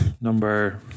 Number